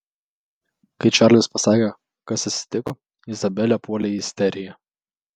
kai čarlis pasakė kas atsitiko izabelė puolė į isteriją